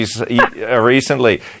recently